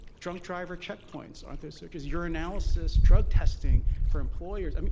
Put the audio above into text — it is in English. drunk driver checkpoints, aren't those searches? urinalysis drug testing for employers. i mean,